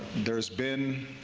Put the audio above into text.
there has been